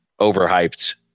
overhyped